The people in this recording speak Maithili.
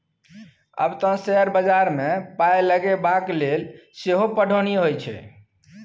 आब तँ शेयर बजारमे पाय लगेबाक लेल सेहो पढ़ौनी होए छै